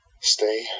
Stay